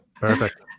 Perfect